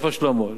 שלמה,